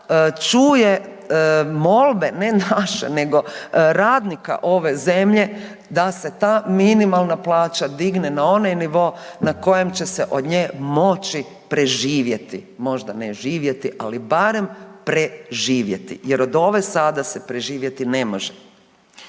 čuje molbe ne naže nego radnika ove zemlje da se ta minimalna plaća digne na onaj nivo na kojem će se od nje moći preživjeti, možda ne živjeti, ali barem preživjeti jer ove sada se preživjeti ne može.